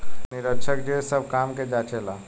निरीक्षक जे सब काम के जांचे ला